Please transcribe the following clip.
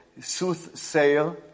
soothsayer